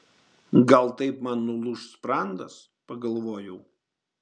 gal taip man nulūš sprandas pagalvojau